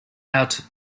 out